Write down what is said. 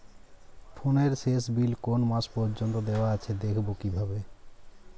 ফোনের শেষ বিল কোন মাস পর্যন্ত দেওয়া আছে দেখবো কিভাবে?